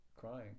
crying